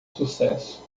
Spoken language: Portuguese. sucesso